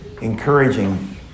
encouraging